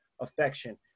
affection